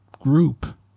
group